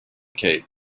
cape